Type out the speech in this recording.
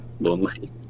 lonely